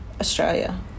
Australia